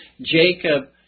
Jacob